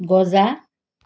গজা